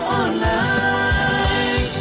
online